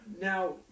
Now